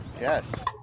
Yes